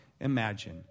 imagine